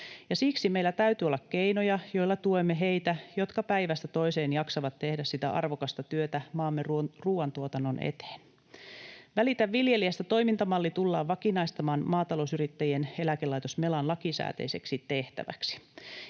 siksi meillä täytyy olla keinoja, joilla tuemme heitä, jotka päivästä toiseen jaksavat tehdä sitä arvokasta työtä maamme ruoantuotannon eteen. Välitä viljelijästä -toimintamalli tullaan vakinaistamaan Maatalousyrittäjien eläkelaitos Melan lakisääteiseksi tehtäväksi.